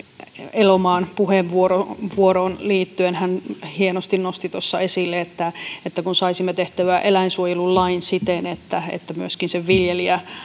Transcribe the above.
elomaan puheenvuoroon puheenvuoroon liittyen hän hienosti nosti tuossa esille että että kun saisimme tehtyä eläinsuojelulain siten että että myöskin se viljelijä